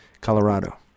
Colorado